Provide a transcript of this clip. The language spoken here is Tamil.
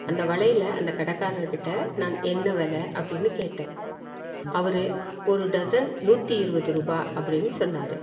அந்த வளையலை அந்த கடைக்காரர் கிட்டே நான் என்ன விலை அப்படின்னு கேட்டேன் அவர் ஒரு டஜன் நூற்றி இருபது ரூபாய் அப்படின்னு சொன்னார்